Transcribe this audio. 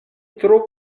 tro